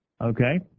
Okay